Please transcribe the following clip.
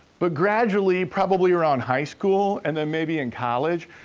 but gradually, probably around high school and then maybe in college,